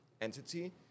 entity